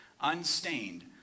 unstained